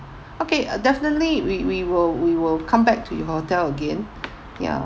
okay uh definitely we we will we will come back to your hotel again ya